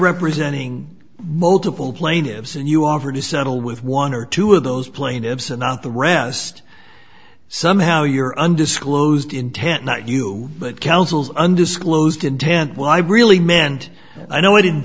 representing mo to pull plaintiffs and you over to settle with one or two of those plaintiffs and not the rest somehow your undisclosed intent not you but counsel's undisclosed intent well i really meant i know i didn't